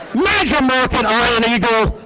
major market ian eagle,